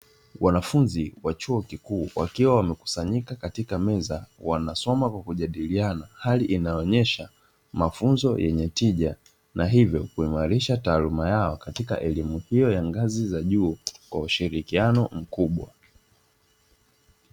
Wanafunzi wa chuo kikuu wakiwa wamekusanyika katika meza wanasoma kwa kujadiliana hali inayoonesha mafunzo yenye tija na na hivyo kuimalisha taaluma yao katika elimu hiyo ya ngazi ya juu kwa ushirikiano mkubwa.